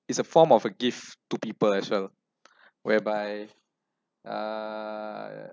it's a form of a gift to people as well whereby uh